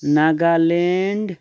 Nagaland